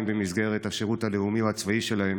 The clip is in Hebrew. אם במסגרת השירות הלאומי או הצבאי שלהם